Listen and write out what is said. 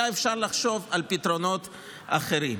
היה אפשר לחשוב על פתרונות אחרים.